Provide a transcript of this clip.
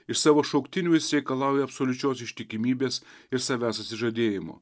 iš savo šauktinių jis reikalauja absoliučios ištikimybės ir savęs atsižadėjimo